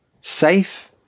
safe